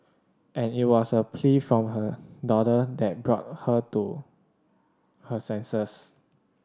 and it was a plea from her daughter that brought her to her senses